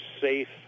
safe